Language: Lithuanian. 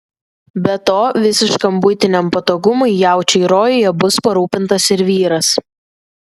be to visiškam buitiniam patogumui jaučiui rojuje bus parūpintas ir vyras